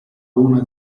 una